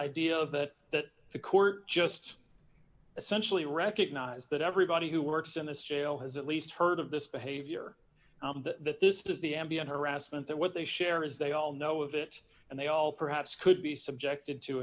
of that that the court just essentially recognize that everybody who works in this jail has at least heard of this behavior that this is the ambien harassment that what they share is they all know of it and they all perhaps could be subjected to